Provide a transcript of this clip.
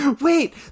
Wait